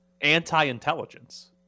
anti-intelligence